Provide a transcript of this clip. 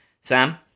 Sam